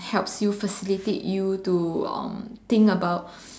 helps you facilitate you to um think about